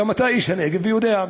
גם אתה איש הנגב ויודע,